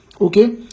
Okay